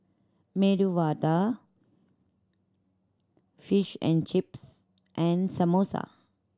Medu Vada Fish and Chips and Samosa